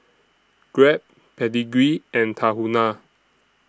Grab Pedigree and Tahuna